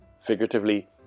Figuratively